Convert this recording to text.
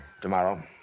Tomorrow